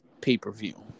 pay-per-view